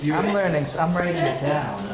yeah i'm learning, so i'm writing yeah